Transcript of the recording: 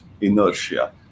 inertia